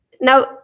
Now